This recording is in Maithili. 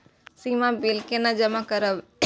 सीमा बिल केना जमा करब?